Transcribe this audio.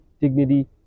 dignity